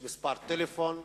יש מספר טלפון.